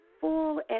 full